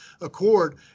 Accord